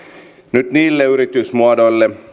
nyt niille yritysmuodoille